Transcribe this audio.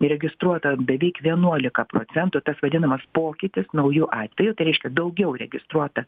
įregistruota beveik vienuolika procentų tas vadinamas pokytis naujų atvejų tai reiškia daugiau registruota